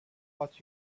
what